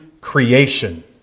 creation